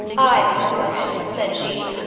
i have the courage, said she.